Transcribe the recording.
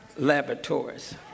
laboratories